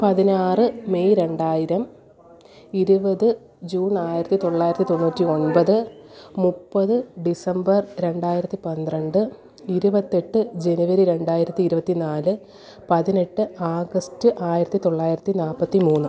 പതിനാറ് മെയ് രണ്ടായിരം ഇരുപത് ജൂൺ ആയിരത്തി തൊള്ളായിരത്തി തൊണ്ണൂറ്റി ഒൻപത് മുപ്പത് ഡിസംബർ രണ്ടായിരത്തി പന്ത്രണ്ട് ഇരുപത്തെട്ട് ജനുവരി രണ്ടായിരത്തി ഇരുപത്തി നാല് പതിനെട്ട് ആഗസ്റ്റ് ആയിരത്തി തൊള്ളായിരത്തി നാൽപ്പത്തി മൂന്ന്